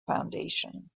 foundation